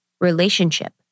relationship